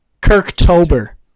Kirk-tober